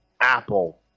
apple